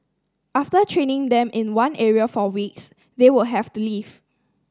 after training them in one area for weeks they will have to leave